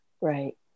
Right